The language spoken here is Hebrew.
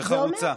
וחרוצה.